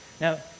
Now